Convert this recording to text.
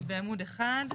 אז בעמוד 1,